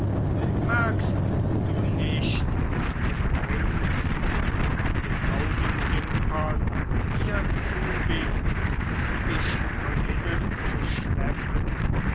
merkst du nicht wie man rings mit den augenwimpern mir zuwinkt dich von hinnen zu schleppen